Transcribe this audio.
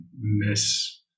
miss